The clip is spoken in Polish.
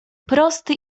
prosty